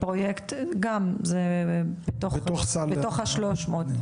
גם, זה בתוך הסל, בתוך ה-300.